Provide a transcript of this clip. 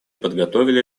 подготовили